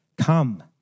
Come